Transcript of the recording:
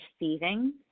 receiving